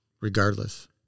regardless